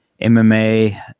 MMA